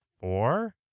Four